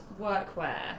workwear